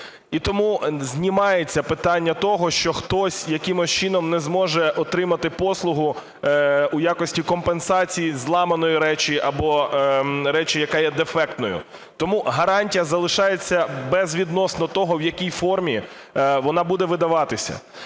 І тому знімається питання того, що хтось якимось чином не зможе отримати послугу у якості компенсації зламаної речі або речі, яка є дефектною. Тому гарантія залишається безвідносно того, в якій формі вона буде видаватись.